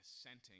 assenting